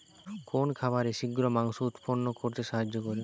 কোন খাবারে শিঘ্র মাংস উৎপন্ন করতে সাহায্য করে?